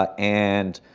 ah and